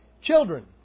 Children